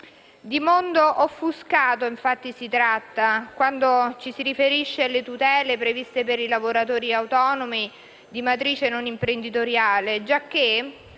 Di mondo offuscato infatti si tratta, quando ci si riferisce alle tutele previste per i lavoratori autonomi di matrice non imprenditoriale, giacché,